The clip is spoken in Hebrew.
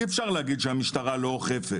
אי אפשר לומר שהמשטרה לא אוכפת.